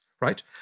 right